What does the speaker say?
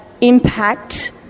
impact